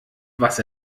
was